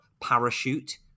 parachute